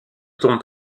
tourne